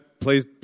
please